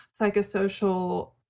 psychosocial